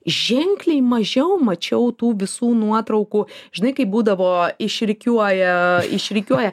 ženkliai mažiau mačiau tų visų nuotraukų žinai kaip būdavo išrikiuoja išrikiuoja